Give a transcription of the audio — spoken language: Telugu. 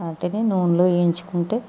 వాటిని నూనెలో వేయించుకుంటే